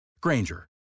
Granger